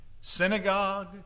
synagogue